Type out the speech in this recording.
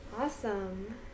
awesome